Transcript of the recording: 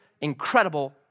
incredible